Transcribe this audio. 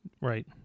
right